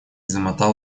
замотал